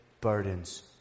burdens